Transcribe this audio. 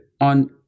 on